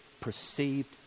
perceived